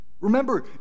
Remember